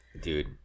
Dude